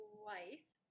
twice